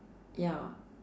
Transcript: ya